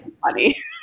funny